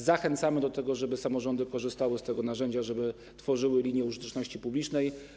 Zachęcamy do tego, żeby samorządy korzystały z tego narzędzia, żeby tworzyły linie użyteczności publicznej.